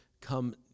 come